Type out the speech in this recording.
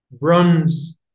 runs